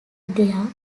their